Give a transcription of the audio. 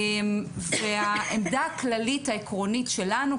והעמדה הכללית העקרונית שלנו,